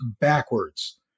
backwards